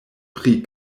pri